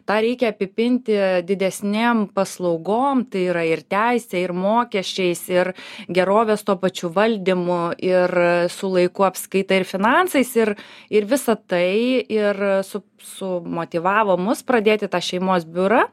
tą reikia apipinti didesnėm paslaugom tai yra ir teisė ir mokesčiais ir gerovės tuo pačiu valdymu ir su laiku apskaita ir finansais ir ir visą tai ir su su motyvavo mus pradėti tą šeimos biurą